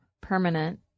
permanent